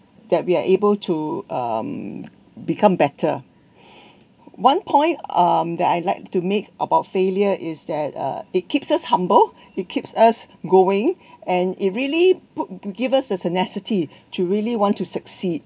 that we are able to um become better one point um that I like to make about failure is that uh it keeps us humble it keeps us going and it really put gi~ give us the tenacity to really want to succeed